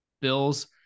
Bills